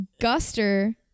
Guster